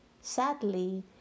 Sadly